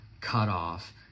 cutoff